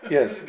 Yes